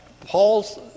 Paul's